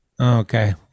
okay